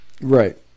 right